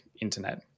internet